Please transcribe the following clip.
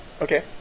Okay